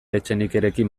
etxenikerekin